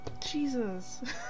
Jesus